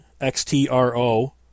X-T-R-O